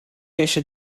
eisiau